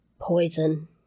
Poison